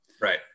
Right